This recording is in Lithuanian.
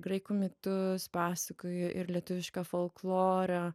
graikų mitus pasakoju ir lietuvišką folklorą